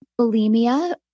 bulimia